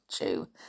you